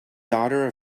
daughter